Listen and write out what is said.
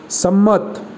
સંમત